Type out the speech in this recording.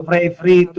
דוברי עברית,